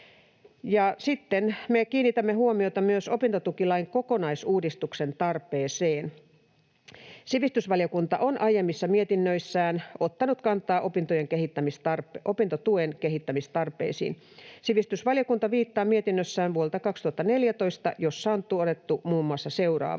Sitten me kiinnitämme huomiota myös opintotukilain kokonaisuudistuksen tarpeeseen: Sivistysvaliokunta on aiemmissa mietinnöissään ottanut kantaa opintotuen kehittämistarpeisiin. Sivistysvaliokunta viittaa mietintöönsä vuodelta 2014, jossa on todettu muun muassa seuraavaa: